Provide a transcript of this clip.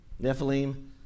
Nephilim